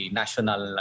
national